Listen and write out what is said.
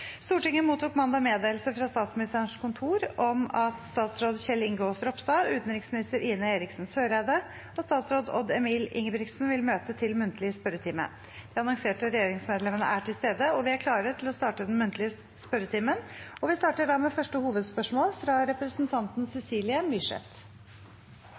Stortinget mottok mandag meddelelse fra Statsministerens kontor om at statsråd Kjell Ingolf Ropstad, utenriksminister Ine Eriksen Søreide og statsråd Odd Emil Ingebrigtsen vil møte til muntlig spørretime. De annonserte regjeringsmedlemmene er til stede, og vi er klare til å starte den muntlige spørretimen. Vi starter da med første hovedspørsmål, fra representanten